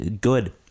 good